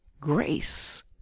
grace